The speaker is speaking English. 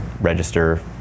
register